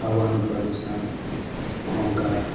હવાનું પ્રદૂષણ ઘોંઘાટ